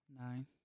Nine